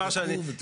תסתכלו ותבדקו.